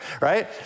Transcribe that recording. right